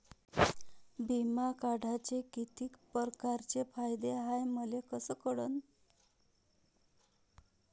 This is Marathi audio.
बिमा काढाचे कितीक परकारचे फायदे हाय मले कस कळन?